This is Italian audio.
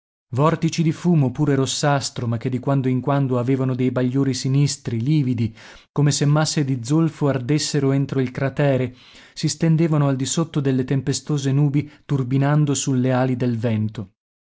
vortici di fumo pure rossastro ma che di quando in quando avevano dei bagliori sinistri lividi come se masse di zolfo ardessero entro il cratere si stendevano al di sotto delle tempestose nubi turbinando sulle ali del vento